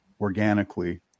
organically